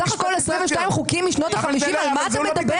אולי בהסכמה של כל החברים: בואו נקדם כמה